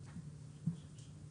רגע, תנו לי לסיים, אני אשמח לשמוע